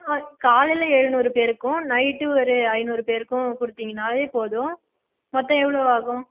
காலையில் எழுநூறு பெயருக்கும் நைட்டு ஒரு ஐந்நூறு பெயருக்கும் கொடுத்தீங்கன்னாவே போதும் மொத்தம் எவ்வளோ ஆகும்